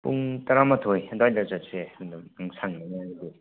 ꯄꯨꯡ ꯇꯔꯥ ꯃꯥꯊꯣꯏ ꯑꯗꯨꯋꯥꯏꯗ ꯆꯠꯁꯦ ꯑꯗꯨꯝ ꯅꯪ ꯁꯪꯒꯅꯤ ꯍꯥꯏꯔꯗꯤ